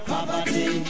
Poverty